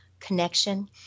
connection